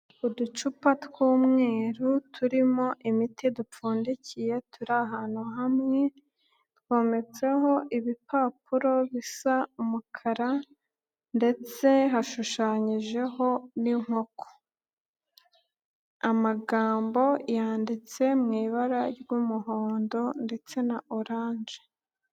Uducupa tw'umweru turimo imiti dupfundikiye turi ahantu hamwe twometseho ibipapuro bisa umukara ndetse hashushanyijeho n'inkoko, amagambo yanditse mu ibara ry'umuhondo ndetse na oranje.